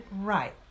right